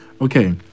okay